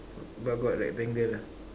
but got like bangle lah